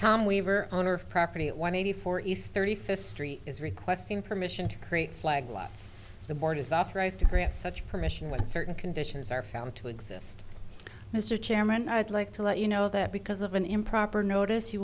tom weaver on our property at one eighty four east thirty fifth street is requesting permission to create flag law the board is authorized to grant such permission when certain conditions are found to exist mr chairman i'd like to let you know that because of an improper notice you